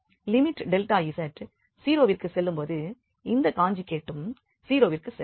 limit z 0 விற்கு செல்லும்போது இந்த காஞ்சுகேட்டும் 0 விற்கு செல்லும்